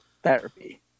therapy